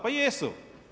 Pa jesu.